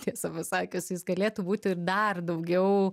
tiesą pasakius jis galėtų būti ir dar daugiau